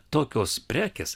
tokios prekės